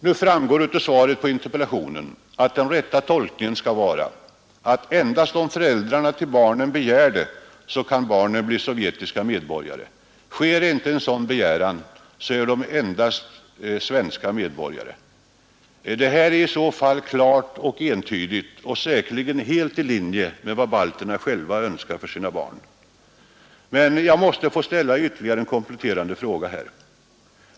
Nu framgår av svaret på interpellationen att den rätta tolkningen skall vara att endast om föräldrarna till barnen begär det, så kan barnen bli sovjetiska medborgare — sker icke en sådan begäran är barnen endast svenska medborgare. Detta är klart och entydigt — och säkerligen helt i linje med vad balterna själva önskar för sina barn. Men jag måste få ställa ytterligare en kompletterande fråga.